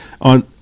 on